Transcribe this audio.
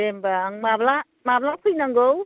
दे होमब्ला आं माब्ला माब्ला फैनांगौ